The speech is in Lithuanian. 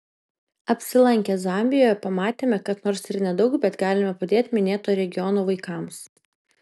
apsilankę zambijoje pamatėme kad nors ir nedaug bet galime padėti minėto regiono vaikams